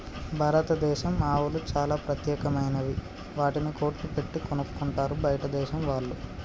భారతదేశం ఆవులు చాలా ప్రత్యేకమైనవి వాటిని కోట్లు పెట్టి కొనుక్కుంటారు బయటదేశం వాళ్ళు